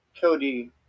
Cody